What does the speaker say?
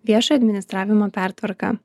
viešojo administravimo pertvarka